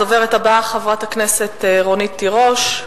הדוברת הבאה, חברת הכנסת רונית תירוש.